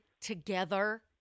together